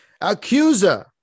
Accuser